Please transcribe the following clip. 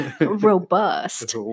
Robust